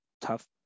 tough